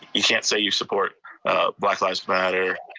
you can't say you support black lives matter,